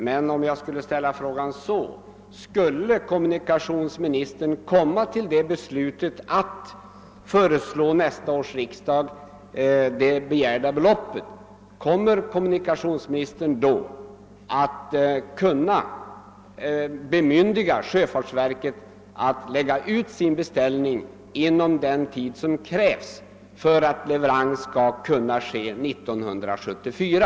Men jag vill då i stället fråga så här: Om kommunikationsministern skulle komma fram till beslutet att föreslå nästa års riksdag det begärda beloppet, kan kommunikationsministern då bemyndiga sjöfartsverket att lägga ut sin beställning inom den tid som krävs för att leverans skall kunna ske 1974?